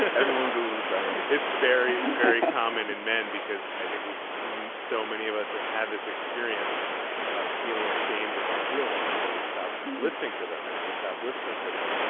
everyone, google is it's very, very common in men, because i think we've made so many of us have had this experience of feeling ashamed of our feelings. so we stop listening to them. and if you stop listening to them,